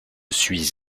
suis